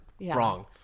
wrong